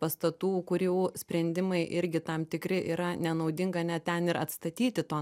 pastatų kurių sprendimai irgi tam tikri yra nenaudinga net ten ir atstatyti to